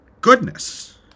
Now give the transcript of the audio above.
goodness